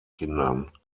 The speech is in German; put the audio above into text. kindern